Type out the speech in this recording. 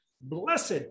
blessed